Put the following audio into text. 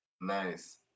Nice